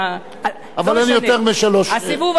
הסיבוב השני היה סיבוב מיותר לחלוטין.